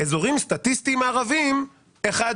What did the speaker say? כתוב: באזורים הסטטיסטיים הערביים האשכול